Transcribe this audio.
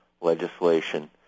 legislation